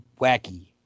Wacky